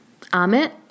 Amit